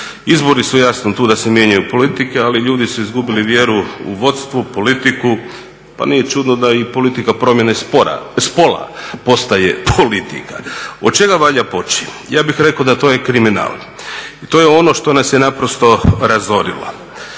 Izbori su jasno tu da se mijenjaju politike, ali ljudi su izgubili vjeru u vodstvo, politiku, pa nije čudno da i politika promjene spola postaje politika. Od čega valja poći? Ja bih rekao da to je kriminal. To je ono što nas je naprosto razorilo.